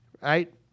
right